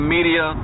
Media